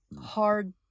hard